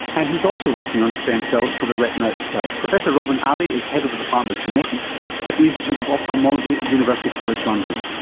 and he's also working on stem cells for the retina itself. professor robin ali is head of the department of genetics at the institute of ophthalmology at university college london.